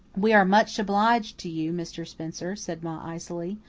we are much obliged to you, mr. spencer, said ma icily,